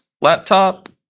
laptop